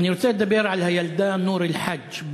אני רוצה לדבר על הילדה נור אלחאג',